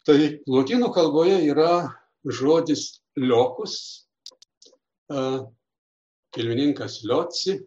tai lotynų kalboje yra žodis lokus a kilmininkas lioci